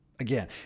Again